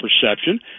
perception